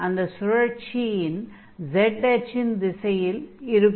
அந்த சுழற்சி z அச்சின் திசையில் இருக்கும்